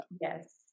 Yes